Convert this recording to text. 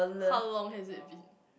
how long has it been